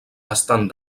estan